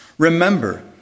Remember